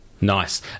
Nice